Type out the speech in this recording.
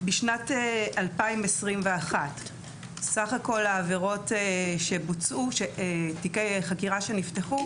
בשנת 2021 סך כל תיקי החקירה שנפתחו